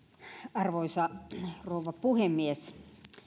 arvoisa rouva puhemies